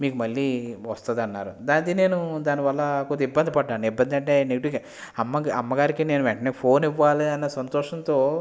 మీకు మళ్ళీ వస్తుంది అన్నారు దానికి నేను దానివల్ల కొద్దిగా ఇబ్బంది పడ్డాను ఇబ్బంది అంటే నెగటివ్గా అమ్మ అమ్మగారికి నేను వెంటనే ఫోన్ ఇవ్వాలి అనే సంతోషంతో